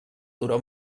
turó